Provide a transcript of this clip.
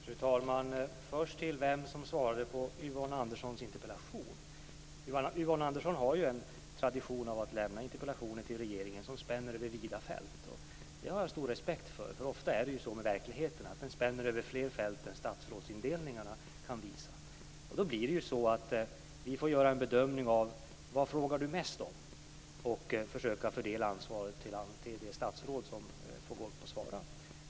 Fru talman! Först till detta med vem som svarade på interpellationen. Yvonne Andersson har ju traditionen att lämna interpellationer till regeringen som spänner över vida fält och det har jag stor respekt för. Ofta är det ju så med verkligheten att den spänner över fler fält än statsrådsindelningen kan visa. Då blir det så att vi får göra en bedömning av vad Yvonne Andersson frågar mest om och sedan försöka fördela ansvaret till det statsråd som får gå upp och svara.